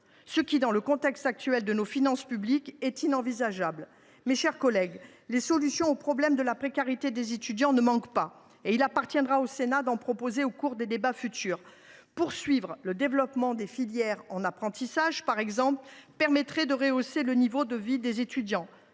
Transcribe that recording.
ce qui, dans le contexte actuel de nos finances publiques, est inenvisageable. Mes chers collègues, les solutions au problème de la précarité des étudiants ne manquent pas. Il appartiendra au Sénat d’en proposer au cours de débats futurs. Poursuivre le développement des filières en apprentissage, par exemple, permettrait de rehausser le niveau de vie des étudiants,